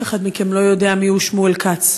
אחד מכם אינו יודע מי הוא שמואל כץ.